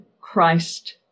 Christ